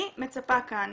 אני מצפה כאן